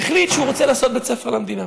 שהחליט שהוא רוצה לעשות בית ספר למדינה.